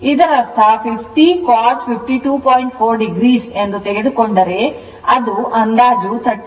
4 o ಎಂದು ತೆಗೆದುಕೊಂಡರೆ ಅದು ಅಂದಾಜು 30